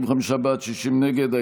55 בעד, 60 נגד.